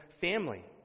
family